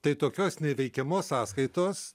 tai tokios neįveikiamos sąskaitos